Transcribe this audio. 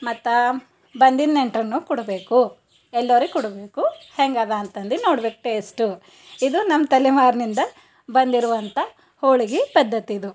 ಮತ್ತು ಬಂದಿದ್ದ ನೆಂಟ್ರನ್ನು ಕೊಡ್ಬೇಕು ಎಲ್ಲರಿಗೆ ಕೊಡ್ಬೇಕು ಹೆಂಗದ ಅಂತಂದು ನೋಡ್ಬೇಕು ಟೇಸ್ಟು ಇದು ನಮ್ಮ ತಲಿಮಾರಿನಿಂದ ಬಂದಿರುವಂಥ ಹೋಳಿಗೆ ಪದ್ಧತಿ ಇದು